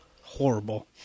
horrible